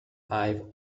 i’ve